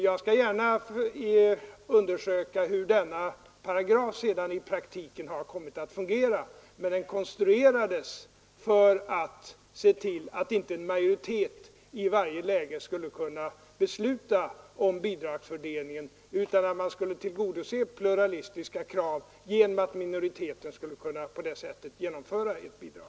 Jag skall gärna undersöka hur ifrågavarande paragraf i praktiken har kommit att fungera, men jag vill framhålla att den konstruerades för att se till att inte en majoritet i varje läge skulle kunna besluta om bidragsfördelningen, utan att ett pluralistiskt krav skulle tillgodoses så att minoriteten skulle kunna genomföra ett bidrag.